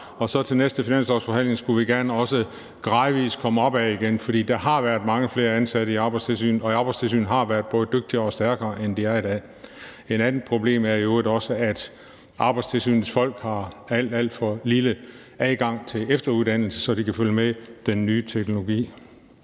Og ved næste finanslovsforhandling skulle vi gerne gradvis komme op igen, for der har været mange flere ansatte i Arbejdstilsynet, og Arbejdstilsynet har været både dygtigere og stærkere, end de er i dag. Et andet problem er i øvrigt, at Arbejdstilsynets folk har en alt, alt for lille adgang til efteruddannelse, så de kan følge med den nye teknologi.